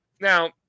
Now